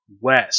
West